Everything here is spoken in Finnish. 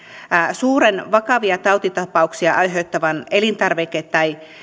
suuren vakavia tautitapauksia aiheuttavan elintarvike tai